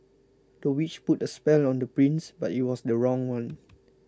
the witch put a spell on the prince but it was the wrong one